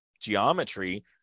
geometry